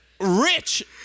Rich